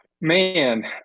Man